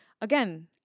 again